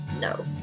no